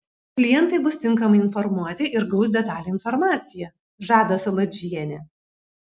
klientai bus tinkamai informuoti ir gaus detalią informaciją žada saladžienė